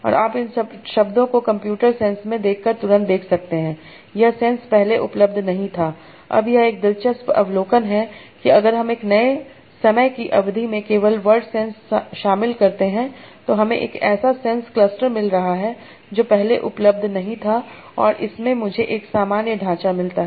और आप इन शब्दों को कंप्यूटर सेंस में देखकर तुरंत देख सकते हैं यह सेंस पहले उपलब्ध नहीं था अब यह एक दिलचस्प अवलोकन है कि अगर हम नए समय की अवधि में केवल वर्ड सेंस शामिल करते हैं तो हमें एक ऐसा सेंस क्लस्टर मिल रहा है जो पहले उपलब्ध नहीं था और इससे मुझे एक सामान्य ढाँचा मिलता है